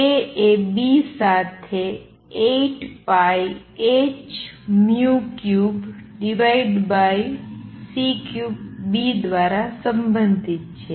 A એ B સાથે 8πh3c3B દ્વારા સંબંધિત છે